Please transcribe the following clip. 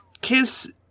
Kiss